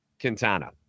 Quintana